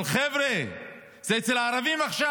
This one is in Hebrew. אבל חבר'ה, זה אצל הערבים עכשיו.